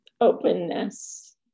openness